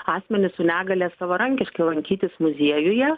asmenis su negalia savarankiškai lankytis muziejuje